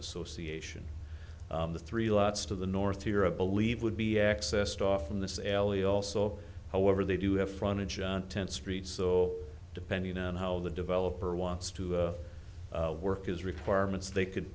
association the three lots to the north here a believe would be accessed off from this alley also however they do have frontage on tenth street so depending on how the developer wants to work his requirements they could